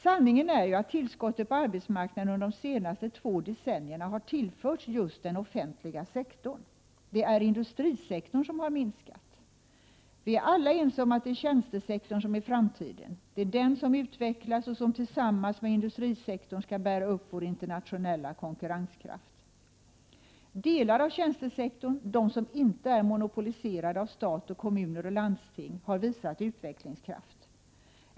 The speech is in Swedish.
Sanningen är ju att tillskottet på arbetsmarknaden under de senaste två decennierna har — Prot. 1988/89:130 tillförts just den offentliga sektorn. Det är industrisektorn som har minskat. 7 juni 1989 Vi är alla ense om att det är tjänstesektorn som är framtiden. Det är den som utvecklas och som tillsammans med industrisektorn skall bära upp vår internationella konkurrenskraft. Delar av tjänstesektorn, de som inte är monopoliserade av stat, kommuner och landsting, har visat utvecklingskraft.